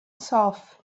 صاف